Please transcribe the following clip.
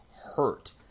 hurt